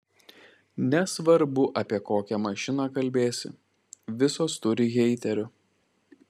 nesvarbu apie kokią mašiną kalbėsi visos turi heiterių